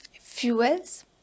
fuels